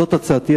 זאת הצעתי,